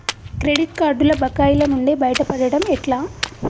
Credit కార్డుల బకాయిల నుండి బయటపడటం ఎట్లా?